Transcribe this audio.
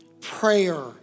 Prayer